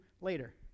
later